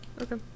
Okay